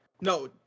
No